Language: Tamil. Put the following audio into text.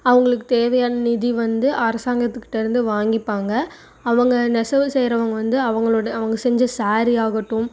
அவங்களுக்கு தேவையான நிதி வந்து அரசாங்கத்துக்கிட்டயிருந்து வாங்கிப்பாங்க அவங்க நெசவு செய்றவங்க வந்து அவங்களோட அவங்க செஞ்ச சாரி ஆகட்டும்